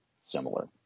similar